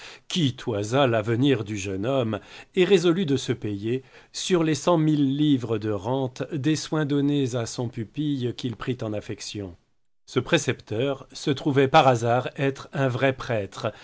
qui toisa l'avenir du jeune homme et résolut de se payer sur les cent mille livres de rente des soins donnés à son pupille qu'il prit en affection ce précepteur se trouvait par hasard être un vrai prêtre